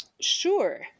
sure